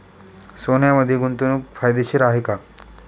सोन्यामध्ये गुंतवणूक फायदेशीर आहे का?